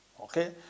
Okay